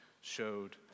showed